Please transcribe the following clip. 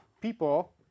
People